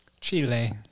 Chile